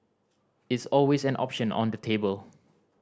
it's always an option on the table